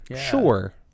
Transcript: Sure